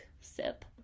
sip